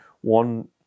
one